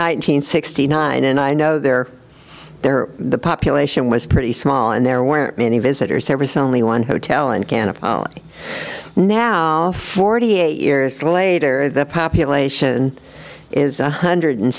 nineteen sixty nine and i know they're there the population was pretty small and there weren't many visitors there was only one hotel and ghana now forty eight years later the population is one hundred